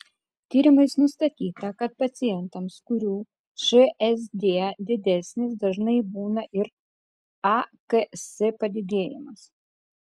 tyrimais nustatyta kad pacientams kurių šsd didesnis dažnai būna ir aks padidėjimas